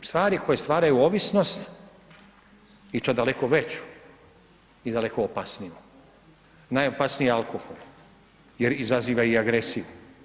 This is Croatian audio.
Ima stvari koje stvaraju ovisnost i to daleko veću i daleko opasniju, najopasniji je alkohol jer izaziva i agresiju.